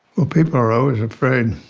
well, people are always afraid